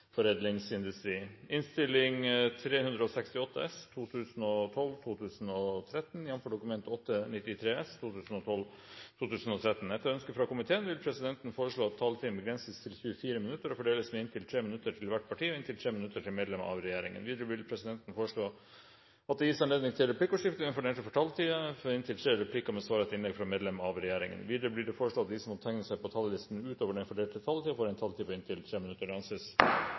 komiteens innstilling. Flere har ikke bedt om ordet til sak nr. 26. Etter ønske fra finanskomiteen vil presidenten foreslå at taletiden begrenses til 24 minutter og fordeles med inntil 3 minutter til hvert parti og inntil 3 minutter til medlem av regjeringen. Videre vil presidenten foreslå at det ikke blir gitt anledning til replikker. Videre blir det foreslått at de som måtte tegne seg på talerlisten utover den fordelte taletid, får en taletid på inntil 3 minutter. – Det anses